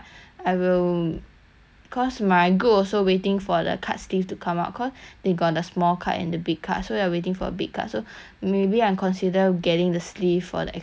cause my group also waiting for the card sleeve to come out cause they got the small card and the big card so we are waiting for a big card so maybe I'm consider getting the sleeve for the extra set also to sell as a set lor